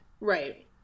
Right